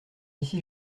ici